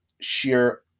sheer